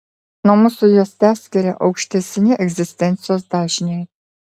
nuo mūsų juos teskiria aukštesni egzistencijos dažniai